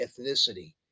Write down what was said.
ethnicity